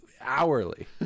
hourly